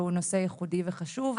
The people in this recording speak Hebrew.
והוא נושא ייחודי וחשוב,